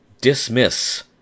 dismiss